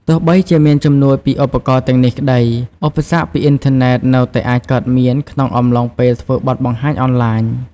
ទោះបីជាមានជំនួយពីឧបករណ៍ទាំងនេះក្ដី ឧបសគ្គពីអ៊ីនធឺណេតនៅតែអាចកើតមានក្នុងអំឡុងពេលធ្វើបទបង្ហាញអនឡាញ។